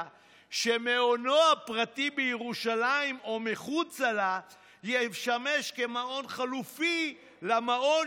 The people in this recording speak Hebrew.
שמעונו הפרטי בירושלים או מחוצה לה ישמש כמעון חלופי למעון